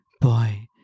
Boy